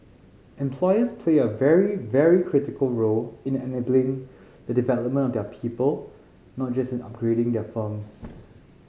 employers play a very very critical role in enabling the development of their people not just in upgrading their firms